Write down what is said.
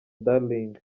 darling